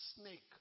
snake